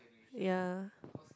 ya